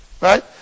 right